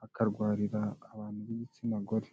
hakarwarira abantu b'igitsina gore.